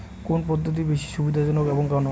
কোন পদ্ধতি বেশি সুবিধাজনক এবং কেন?